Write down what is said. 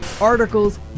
articles